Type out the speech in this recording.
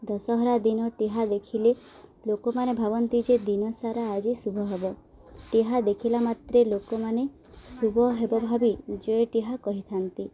ଦଶହରା ଦିନ ଟିହା ଦେଖିଲେ ଲୋକମାନେ ଭାବନ୍ତି ଯେ ଦିନ ସାରା ଆଜି ଶୁଭ ହେବ ଟିହା ଦେଖିଲା ମାତ୍ରେ ଲୋକମାନେ ଶୁଭ ହେବ ଭାବି ଯେ ଟିହା କହିଥାନ୍ତି